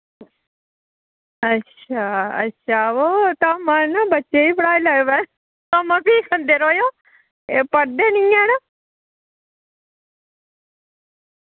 अच्छा अच्छा ओ धामा नी ना बच्चे बी पढ़ाई लैयो धामां फ्ही खंदे रोयो ए पढ़दे नी हैन